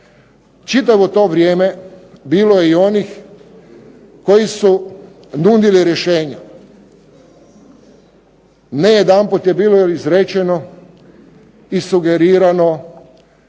Čitavo to vrijeme bilo je i onih koji su nudili rješenja. Ne jedanput je bilo izrečeno i sugerirano